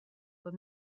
were